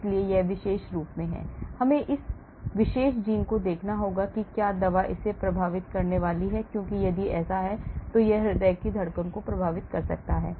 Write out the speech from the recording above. इसलिए यह विशेष रूप से हमें इस विशेष जीन को देखना होगा कि क्या दवा इसे प्रभावित करने वाली है क्योंकि यदि ऐसा है तो यह हृदय की धड़कन को प्रभावित कर सकता है